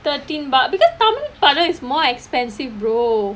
thirteen bucks because tamil படம்:padam is more expensive brother